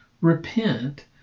repent